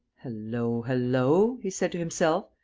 hullo, hullo! he said to himself.